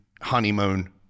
honeymoon